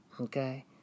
Okay